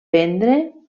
prendre